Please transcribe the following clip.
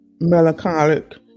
melancholic